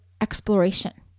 exploration